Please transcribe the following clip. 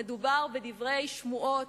מדובר בשמועות,